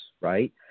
right